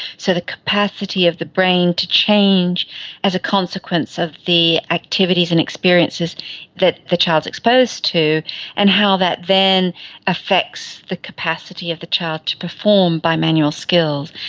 so the capacity of the brain to change as a consequence of the activities and experiences that the child is exposed to and how that then affects the capacity of the child to perform bimanual skills.